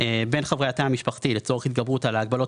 בין חברי התא המשפחתי לצורך התגברות על ההגבלות